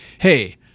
hey